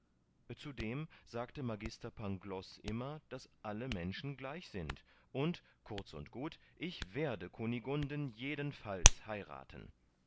zudem sagte magister pangloß immer daß alle menschen gleich sind und kurz und gut ich werde kunigunden jedenfalls heirathen